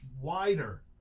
wider